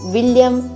William